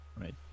right